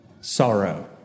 sorrow